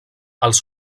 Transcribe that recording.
els